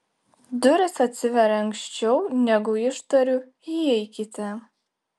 durys atsiveria anksčiau negu ištariu įeikite